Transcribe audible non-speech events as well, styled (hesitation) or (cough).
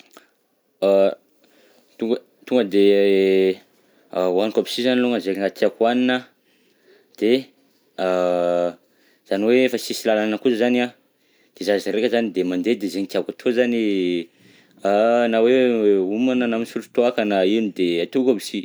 (hesitation) Tonga de hoaniko aby si zany longany zay raha tiako ohanina, de, (hesitation) zany ho efa sisy lalana koa zany an, de za raika zany de mandeha de zegny tiako atao zany, na hoe homana na misotro toaka na ino de ataoko aby si.